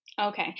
Okay